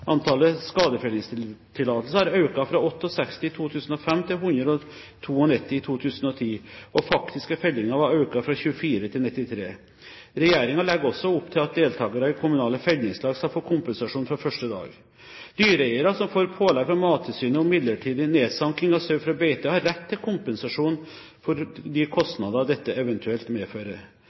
har økt fra 68 i 2005 til 192 i 2010, og faktiske fellinger var økt fra 24 til 93. Regjeringen legger også opp til at deltakere i kommunale fellingslag skal få kompensasjon fra første dag. Dyreeiere som får pålegg fra Mattilsynet om midlertidig nedsanking av sau fra beite, har rett til kompensasjon for de kostnadene dette eventuelt medfører.